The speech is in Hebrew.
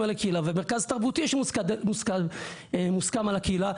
על הקהילה ומרכז תרבותי שמוסכם על הקהילה,